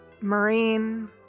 Marine